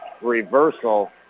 reversal